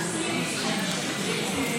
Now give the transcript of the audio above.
הממשלה פטורה והממשלה יכולה לאשר, וזהו.